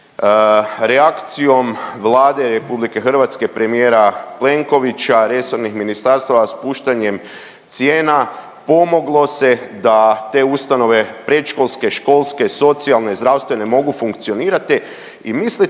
Reakcijom Vlade RH premijera Plenkovića resornih ministarstava spuštanjem cijena pomoglo se da te ustanove predškolske, školske, socijalne, zdravstvene mogu funkcionirati i mislite